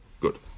Good